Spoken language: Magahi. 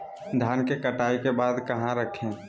धान के कटाई के बाद कहा रखें?